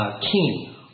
King